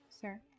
Sir